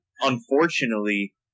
unfortunately